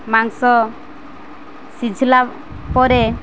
ମାଂସ ସିଝିଲା ପରେ